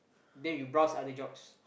then you browse other jobs